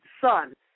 son